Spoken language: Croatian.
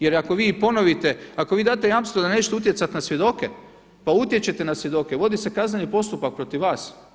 Jer ako vi ponovite, ako vi date jamstvo da nećete utjecat na svjedoke, pa utječete na svjedoke, vodi se kazneni postupak protiv vas.